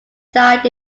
died